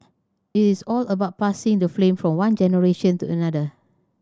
its all about passing the flame from one generation to another